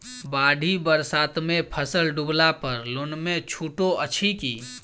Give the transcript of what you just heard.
बाढ़ि बरसातमे फसल डुबला पर लोनमे छुटो अछि की